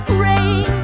rain